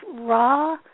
raw